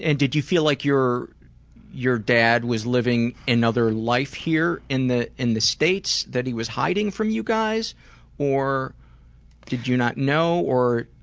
and did you feel like your your dad was living another life here in the in the states that he was hiding from you guys or did you not know or?